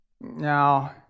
Now